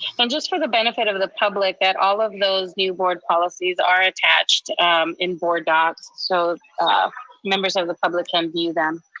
and just for the benefit of the public at all of those new board policies are attached in boarddocs, so members of the public can view them.